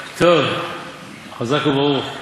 חזק וברוך,